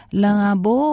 langabo